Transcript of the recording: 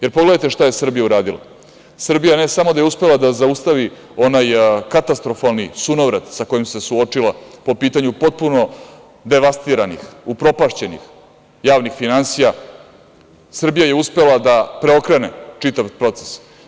Jer, pogledajte šta je Srbija uradila, Srbija ne samo da je uspela da zaustavi onaj katastrofalni sunovrat sa kojim se suočila po pitanju potpuno devastiranih, upropašćenih javnih finansija, Srbija je uspela da preokrene čitav proces.